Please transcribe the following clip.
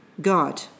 God